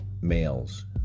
males